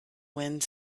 wind